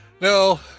no